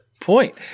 point